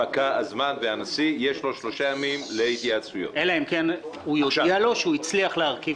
פקע הזמן ולנשיא יש שלושה ימים להתייעצויות -- היועץ המשפטי